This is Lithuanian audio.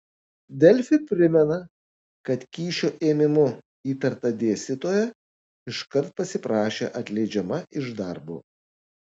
delfi primena kad kyšio ėmimu įtarta dėstytoja iškart pasiprašė atleidžiama iš darbo